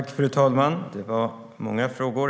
Fru talman! Det var många frågor.